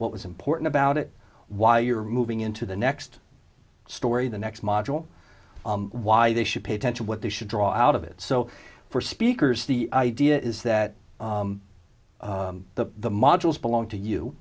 what was important about it why you're moving into the next story the next module why they should pay attention what they should draw out of it so for speakers the idea is that the the modules belong to you